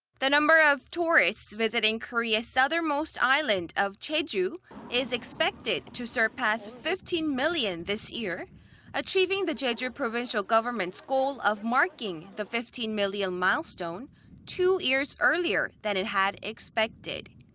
the number of tourists visiting korea's southernmost island of jeju is expected to surpass fifteen million this year achieving the jeju provincial government's goal of marking the fifteen million-milestone two years earlier than it had expected.